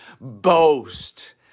boast